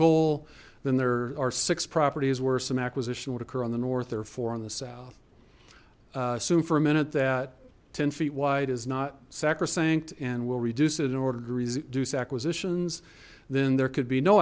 goal then there are six properties where some acquisition would occur on the north therefore on the south assume for a minute that ten feet wide is not sacrosanct and will reduce it in order to reduce acquisitions then there could be no